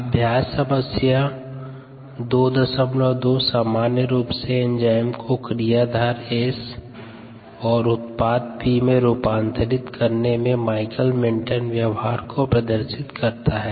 अभ्यास समस्या 22 सामान्य रूप से एंजाइम को क्रियाधार S और उत्पाद P में रूपांतरित करने में माइकलिस मेन्टेन व्यवहार को प्रदर्शित करता है